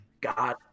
God